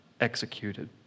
executed